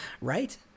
right